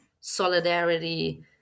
solidarity